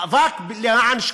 מאבק למען שקיפות.